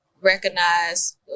recognize